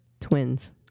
twins